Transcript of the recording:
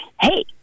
hey